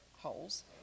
holes